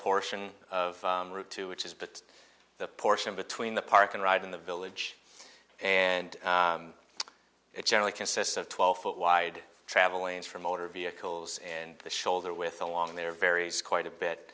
portion of route two which is put the portion between the park and ride in the village and it generally consists of twelve foot wide travel lanes for motor vehicles in the shoulder with along there varies quite a bit